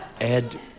Ed